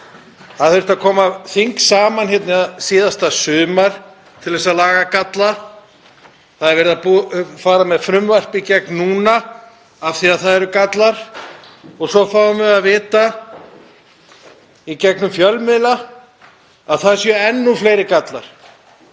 Þing þurfti að koma saman síðasta sumar til að laga galla. Verið er að fara með frumvarpið í gegn núna af því að það eru gallar á því. Svo fáum við að vita í gegnum fjölmiðla að það séu enn fleiri gallar.